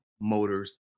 Motors